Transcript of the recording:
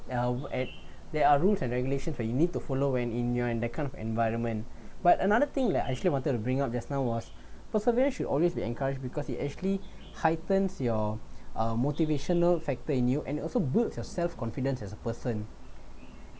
ya at there are rules and regulations for you need to follow when in your that kind of environment but another thing that I actually wanted to bring up just now was perseverance should always be encouraged because it actually heightens your uh motivational factor in you and also builds yourself confidence as a person